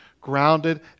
grounded